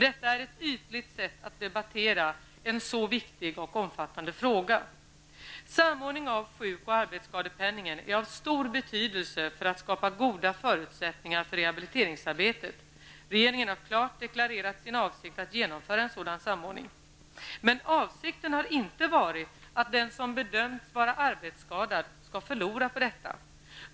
Detta är ett ytligt sätt att debattera en så viktig och omfattande fråga. Samordningen av sjuk och arbetsskadepeningen är av stor betydelse för att skapa goda förutsättningar för rehabiliteringsarbetet. Regeringen har klart deklarerat sin avsikt att genomföra en sådan samordning. Men avsikten har inte varit att den som bedömts vara arbetsskadad skall förlora på detta.